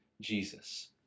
Jesus